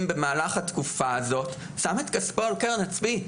במהלך התקופה הזאת שם את כספו על קרן הצבי.